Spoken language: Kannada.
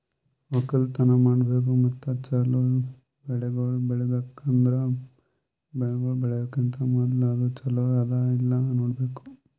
ಒಕ್ಕಲತನ ಮಾಡ್ಬೇಕು ಮತ್ತ ಚಲೋ ಬೆಳಿಗೊಳ್ ಬೆಳಿಬೇಕ್ ಅಂದುರ್ ಬೆಳಿಗೊಳ್ ಬೆಳಿಯೋಕಿಂತಾ ಮೂದುಲ ಅದು ಚಲೋ ಅದಾ ಇಲ್ಲಾ ನೋಡ್ಬೇಕು